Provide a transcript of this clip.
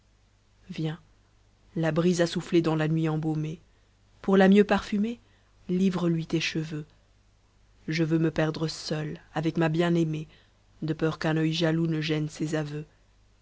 viens la brise a soufflé dans la nuit embaumée pour la mieux parfumer livre lui tes cheveux je veux me perdre seul avec ma bien aiméc de peur qu'un oeil jaloux ne gène ses aveux